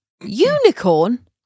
Unicorn